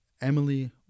Emily